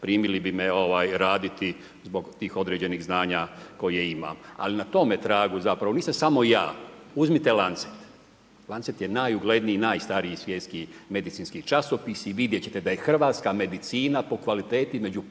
primili bi me raditi zbog tih određenih znanja koje imam. Ali na tome tragu zapravo, nisam samo ja, uzmite Lancet, Lancet je najugledniji i najstariji svjetski medicinski časopis i vidjet ćete da je hrvatska medicina po kvaliteti među 15%